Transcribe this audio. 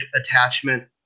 attachment